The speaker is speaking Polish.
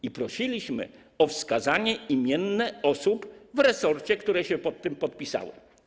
I prosiliśmy o wskazanie imienne osób w resorcie, które się pod tym podpisały.